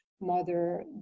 mother